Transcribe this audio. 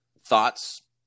thoughts